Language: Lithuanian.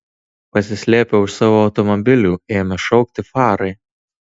pasislėpę už savo automobilių ėmė šaukti farai